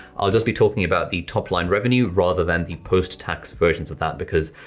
i'll just be talking about the top line revenue rather than the post tax versions of that because,